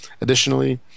Additionally